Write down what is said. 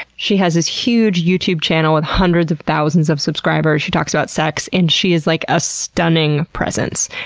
she has this huge youtube channel with hundreds of thousands of subscribers. she talks about sex and she is like a stunning presence.